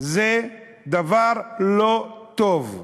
זה דבר לא טוב.